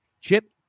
Chip